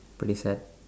pretty sad